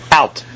out